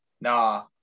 nah